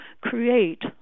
create